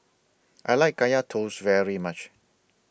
I like Kaya Toast very much